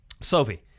Sophie